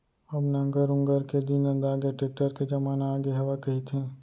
अब नांगर ऊंगर के दिन नंदागे, टेक्टर के जमाना आगे हवय कहिथें